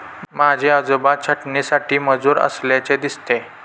माझे आजोबा छाटणीसाठी मजूर असल्याचे दिसते